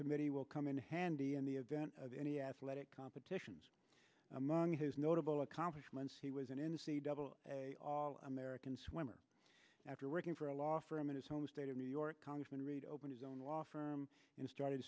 committee will come in handy in the event of any athletic competitions among his notable accomplishments he was an n c double a all american swimmer after working for a law firm in his home state of new york congressman reid open his own law firm and start